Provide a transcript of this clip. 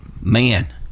man